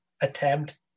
attempt